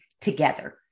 together